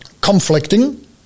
conflicting